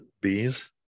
bees